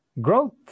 growth